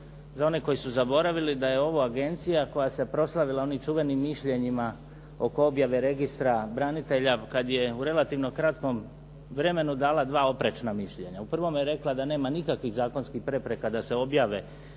za one koji su zaboravili da je ovo agencija koja se proslavila onim čuvenim mišljenjima oko objave registra branitelja kad je u relativno kratkom vremenu dala dva oprečna mišljenja. U prvom je rekla da nema nikakvih zakonskih prepreka da se objave podaci